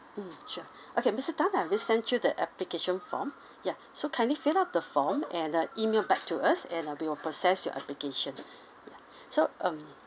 mm sure okay mister tan I already sent you the application form yeah so kindly fill up the form and uh email back to us and uh we will process your application so um